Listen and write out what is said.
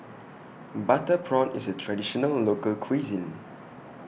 Butter Prawn IS A Traditional Local Cuisine